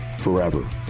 forever